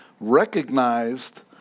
Recognized